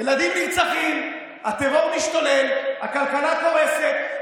ילדים נרצחים, הטרור משתולל, הכלכלה קורסת.